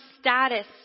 status